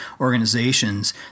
organizations